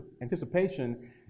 anticipation